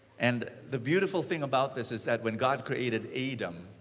and the beautiful thing about this is that when god created adam,